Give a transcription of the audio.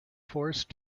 forced